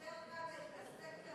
יותר קל להתעסק עם